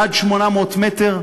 עד 800 מטר,